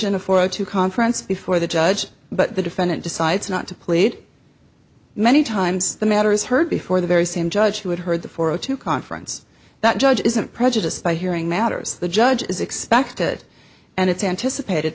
in a for a to conference before the judge but the defendant decides not to plead many times the matter is heard before the very same judge who had heard the four zero two conference that judge isn't prejudiced by hearing matters the judge is expected and it's anticipated